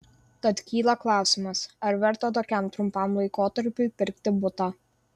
tad kyla klausimas ar verta tokiam trumpam laikotarpiui pirkti butą